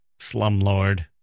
slumlord